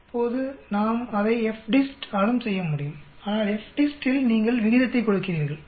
இப்போது நாம் அதை FDIST ஆலும் செய்ய முடியும் ஆனால் FDIST இல் நீங்கள் விகிதத்தை கொடுக்கிறீர்கள்